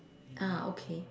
uh okay